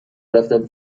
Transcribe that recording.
رفتم